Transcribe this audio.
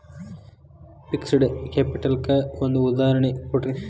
fixed capital ಕ್ಕ ಒಂದ್ ಉದಾಹರ್ಣಿ ಕೊಡ್ರಿ